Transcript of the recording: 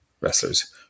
wrestlers